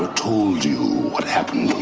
told you what happened